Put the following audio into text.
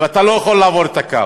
ואתה לא יכול לעבור את הקו.